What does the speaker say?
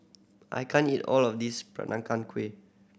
I can't eat all of this Peranakan Kueh